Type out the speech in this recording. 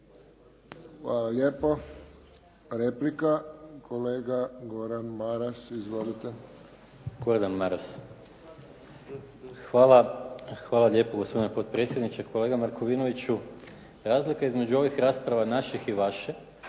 Hvala lijepo. Replika, kolega Goran Maras. Izvolite. **Maras, Gordan (SDP)** Hvala lijepo gospodine potpredsjedniče. Kolega Markovinoviću, razlika između ovih rasprava naših i vaše